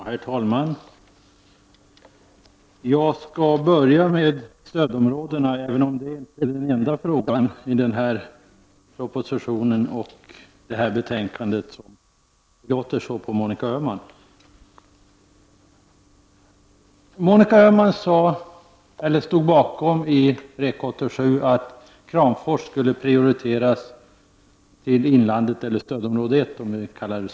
Herr talman! Jag skall börja med att tala om stödområdena, även om det inte är den enda frågan i propositionen och i betänkandet. Det låter så på Monica Öhman. Monica Öhman stod i REK87 bakom att Kramfors skulle prioriteras och tillhöra inlandet, eller stödområde 1, som det kallas i dag.